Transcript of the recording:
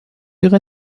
ihre